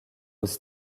aux